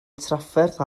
trafferth